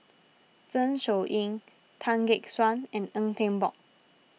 Zeng Shouyin Tan Gek Suan and Tan Eng Bock